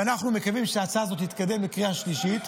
אנחנו מקווים שההצעה הזאת תתקדם לקריאה שלישית.